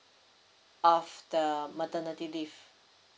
of the maternity leave